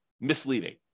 misleading